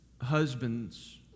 husbands